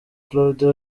claude